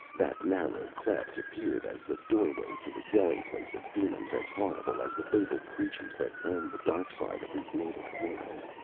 that narrow cleft appeared as the doorway to the dwelling place of demons as horrible as the fabled creatures that roam the darkside of his native world.